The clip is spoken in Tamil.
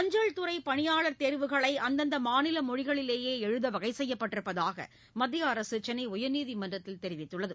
அஞ்சல்துறை பணியாளா் தேர்வுகளை அந்தந்த மாநில மொழிகளிலேயே எழுத வகை செய்யப்பட்டிருப்பதாக மத்திய அரசு சென்னை உயர்நீதிமன்றத்தில் தெரிவித்துள்ளது